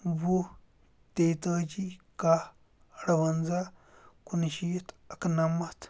وُہ تیٚیہِ تٲجی کاہ اَرٕوَنٛزاہ کُنشیٖتھ أکہٕ نَمَتھ